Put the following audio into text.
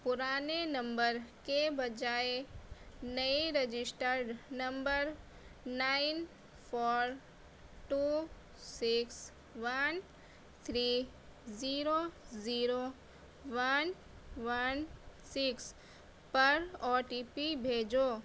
پرانے نمبر کے بجائے نئے registered number nine four two six one three zero zero one one six پر او ٹی پی بھیجو